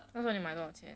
他帮你买多少钱